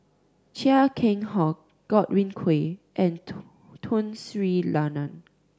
Chia Keng Hock Godwin Koay and Tun Sri Lanang